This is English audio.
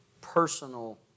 personal